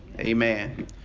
Amen